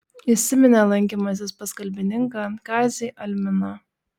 įsiminė lankymasis pas kalbininką kazį alminą